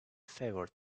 favored